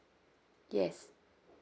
yes